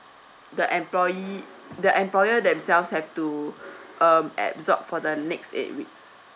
the employee the employer themselves have to um absorb for the next eight weeks